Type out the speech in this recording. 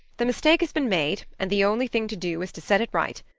the mistake has been made and the only thing to do is to set it right.